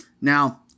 Now